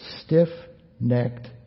stiff-necked